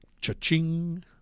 cha-ching